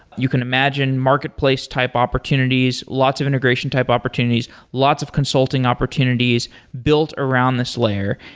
you can imagine marketplace type opportunities, lots of integration type opportunities, lots of consulting opportunities built around this layer.